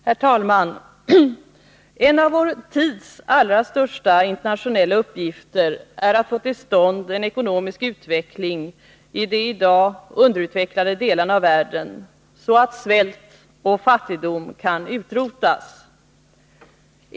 Herr talman! En av vår tids allra största internationella uppgifter är att få till stånd en ekonomisk utveckling i de i dag underutvecklade delarna av världen, så att svält och fattigdom kan utrotas.